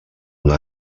una